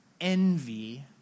envy